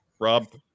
Rob